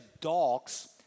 dogs